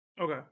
Okay